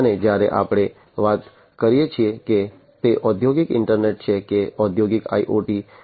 અને જ્યારે આપણે વાત કરીએ છીએ કે તે ઔદ્યોગિક ઇન્ટરનેટ છે કે ઔદ્યોગિક IoT